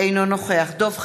אינו נוכח דב חנין,